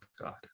God